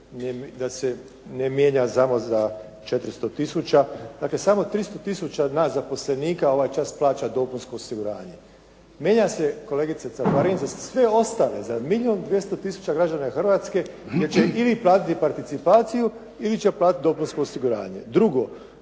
da se ne mijenja samo za 400000. Dakle, samo 300000 nas zaposlenika ovaj čas plaća dopunsko osiguranje. Mijenja se kolegice Caparin za sve ostale, za milijun 200000 građana Hrvatske, jer će ili platiti participaciju ili će platiti dopunsko osiguranje. Drugo.